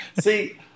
See